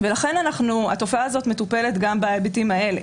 התופעה הזאת מטופלת גם בהיבטים האלה,